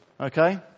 Okay